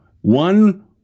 one